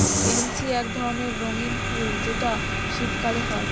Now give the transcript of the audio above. pansy এক ধরণের রঙ্গীন ফুল যেটা শীতকালে হয়